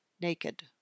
naked